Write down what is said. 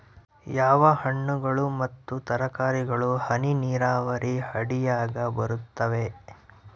ಯಾವ ಹಣ್ಣುಗಳು ಮತ್ತು ತರಕಾರಿಗಳು ಹನಿ ನೇರಾವರಿ ಅಡಿಯಾಗ ಬರುತ್ತವೆ?